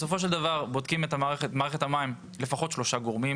בסופו של דבר בודקים את מערכת המים לפחות שלושה גורמים,